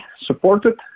supported